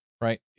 right